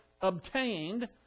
obtained